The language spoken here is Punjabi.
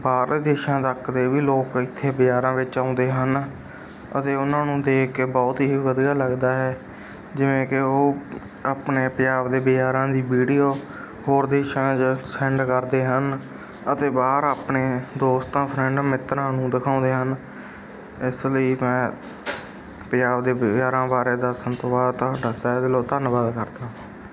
ਬਾਹਰਲੇ ਦੇਸ਼ਾਂ ਤੱਕ ਦੇ ਵੀ ਲੋਕ ਇੱਥੇ ਬਜ਼ਾਰਾਂ ਵਿੱਚ ਆਉਂਦੇ ਹਨ ਅਤੇ ਉਹਨਾਂ ਨੂੰ ਦੇਖ ਕੇ ਬਹੁਤ ਹੀ ਵਧੀਆ ਲੱਗਦਾ ਹੈ ਜਿਵੇਂ ਕਿ ਉਹ ਆਪਣੇ ਪੰਜਾਬ ਦੇ ਬਜ਼ਾਰਾਂ ਦੀ ਵੀਡੀਓ ਹੋਰ ਦੇਸ਼ਾਂ 'ਚ ਸੈਂਡ ਕਰਦੇ ਹਨ ਅਤੇ ਬਾਹਰ ਆਪਣੇ ਦੋਸਤਾਂ ਫਰੈਂਡ ਮਿੱਤਰਾਂ ਨੂੰ ਦਿਖਾਉਂਦੇ ਹਨ ਇਸ ਲਈ ਮੈਂ ਪੰਜਾਬ ਦੇ ਬਜ਼ਾਰਾਂ ਬਾਰੇ ਦੱਸਣ ਤੋਂ ਬਾਅਦ ਤੁਹਾਡਾ ਤਹਿ ਦਿਲੋਂ ਧੰਨਵਾਦ ਕਰਦਾ ਹਾਂ